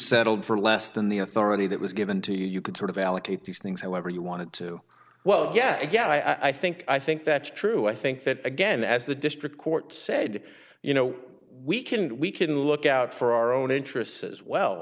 settled for less than the authority that was given to you you could sort of allocate these things however you wanted to well guess again i think i think that's true i think that again as the district court said you know we can we can look out for our own interests as well